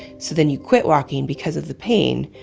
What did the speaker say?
so then you quit walking because of the pain.